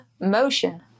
motion